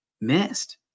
missed